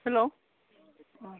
hello